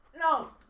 No